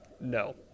No